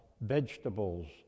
vegetables